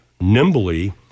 nimbly